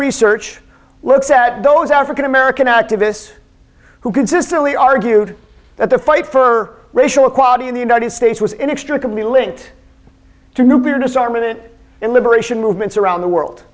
research look said those african american activists who consistently argued that the fight for racial equality in the united states was inexplicably linked to nuclear disarmament and liberation movements around the world